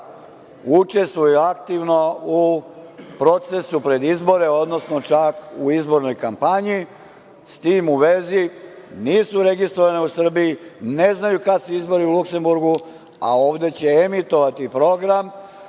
učestvuju aktivno u procesu pred izbore, odnosno čak i u izbornoj kampanji. S tim u vezi, nisu registrovane u Srbiji, ne znaju kada su izbori u Luksemburgu, a ovde će emitovati program